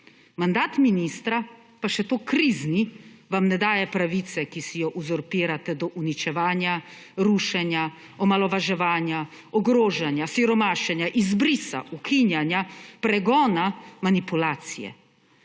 Mandat ministra, pa še to krizni, vam ne daje pravice, ki si jo uzurpirate, do uničevanja, rušenja, omalovaževanja, ogrožanja, siromašenja, izbrisa, ukinjanja, pregona, manipulacije.